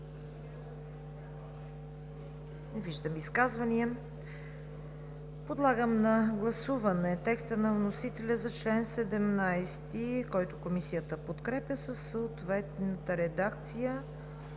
виждам изказвания. Подлагам на гласуване текста на вносителя за чл. 17, който Комисията подкрепя, със съответната редакция